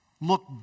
look